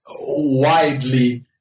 widely